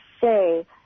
say